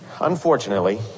Unfortunately